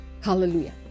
Hallelujah